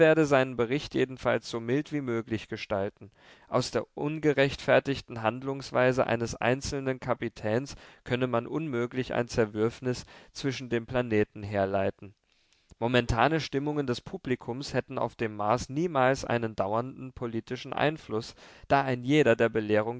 seinen bericht jedenfalls so mild wie möglich gestalten aus der ungerechtfertigten handlungsweise eines einzelnen kapitäns könne man unmöglich ein zerwürfnis zwischen den planeten herleiten momentane stimmungen des publikums hätten auf dem mars niemals einen dauernden politischen einfluß da ein jeder der